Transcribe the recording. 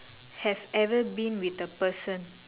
have ever been with a person